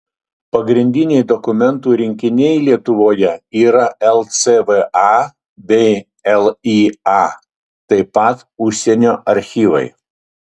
pagrindiniai dokumentų rinkiniai lietuvoje yra lcva bei lya taip pat užsienio archyvai